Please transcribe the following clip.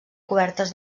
cobertes